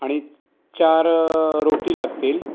आणि चार रोटी लागतील